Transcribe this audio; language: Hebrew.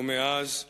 ומאז כיבושה,